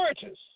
Churches